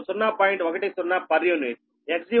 10 p